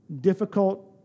difficult